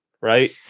right